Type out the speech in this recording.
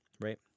right